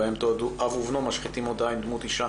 בו תועדו אב ובנו משחיתים מודעה עם דמות אישה